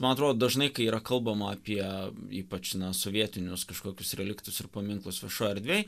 man atrodo dažnai kai yra kalbama apie ypač na sovietinius kažkokius reliktus ir paminklus viešoj erdvėj